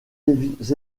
des